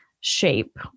shape